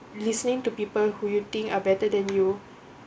listening to people who you think are better than you